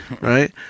right